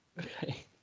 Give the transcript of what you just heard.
okay